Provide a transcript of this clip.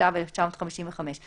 התשט"ו-1955 ,